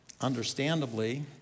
Understandably